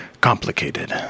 complicated